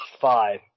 five